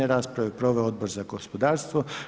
Raspravu je proveo Odbor za gospodarstvo.